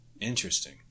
Interesting